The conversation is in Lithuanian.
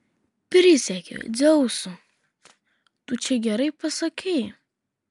prisiekiu dzeusu tu čia gerai pasakei